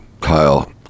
Kyle